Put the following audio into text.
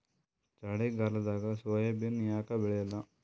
ಚಳಿಗಾಲದಾಗ ಸೋಯಾಬಿನ ಯಾಕ ಬೆಳ್ಯಾಲ?